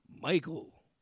Michael